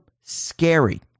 scary